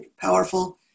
powerful